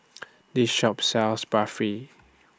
This Shop sells Barfi